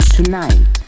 Tonight